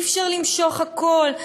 אי-אפשר למשוך הכול,